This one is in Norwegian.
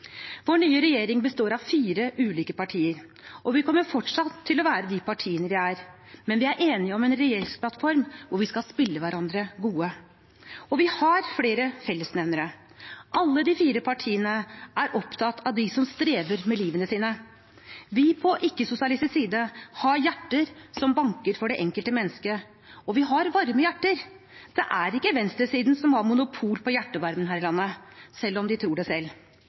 Vår nye regjering består av fire ulike partier, og vi kommer fortsatt til å være de partiene vi er, men vi er enige om en regjeringsplattform hvor vi skal spille hverandre gode. Og vi har flere fellesnevnere: Alle de fire partiene er opptatt av dem som strever med livet sitt. Vi på ikke-sosialistisk side har hjerter som banker for det enkelte menneske, og vi har varme hjerter. Venstresiden har ikke monopol på hjertevarmen her i landet, selv om de tror det selv.